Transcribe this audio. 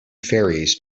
ferries